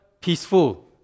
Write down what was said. peaceful